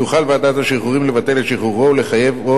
תוכל ועדת השחרורים לבטל את שחרורו ולחייבו